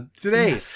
Today